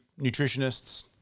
nutritionists